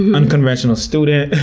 and unconventional student,